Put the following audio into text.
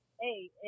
hey